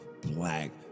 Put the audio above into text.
black